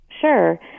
Sure